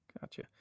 Gotcha